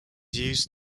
used